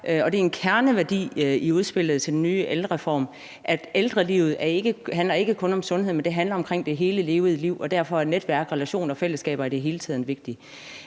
er en kerneværdi i udspillet til den nye ældrereform, at ældrelivet ikke kun handler om sundhed, men at det handler om det hele levede liv, og derfor er netværk, relationer og fællesskaber i det hele taget vigtigt.